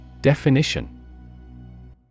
Definition